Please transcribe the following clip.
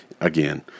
again